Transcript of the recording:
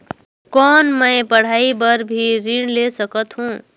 कौन मै पढ़ाई बर भी ऋण ले सकत हो?